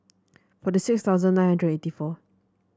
forty six thousand nine hundred and eighty four